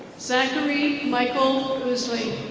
zachary michael ousley.